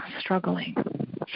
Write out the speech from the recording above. struggling